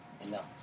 enough